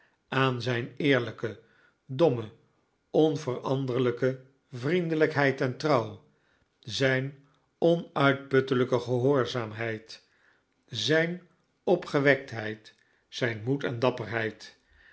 aan zijn eerlijke domme onveranderlijke vriendelijkheid entrouw zijn onuitputtelijke gehoorzaamheid zijn opgewektheid zijn moed en dapperheid